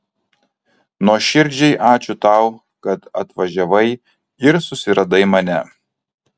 nuoširdžiai ačiū tau kad atvažiavai ir susiradai mane